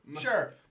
sure